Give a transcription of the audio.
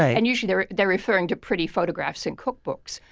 and usually they're they're referring to pretty photographs in cookbooks.